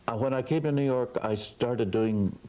when i came to new york i started doing,